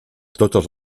totes